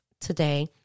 today